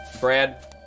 Brad